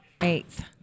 Eighth